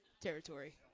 territory